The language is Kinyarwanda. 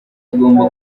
agomba